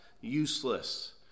useless